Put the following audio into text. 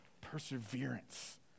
perseverance